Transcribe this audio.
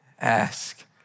Ask